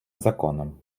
законом